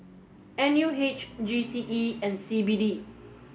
N U H G C E and C B D